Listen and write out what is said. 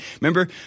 Remember